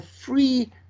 free